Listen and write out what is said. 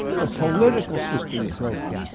the political system is broken.